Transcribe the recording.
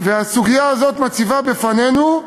והסוגיה הזאת מציבה בפנינו,